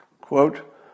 Quote